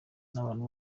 n’abantu